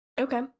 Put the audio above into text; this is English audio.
Okay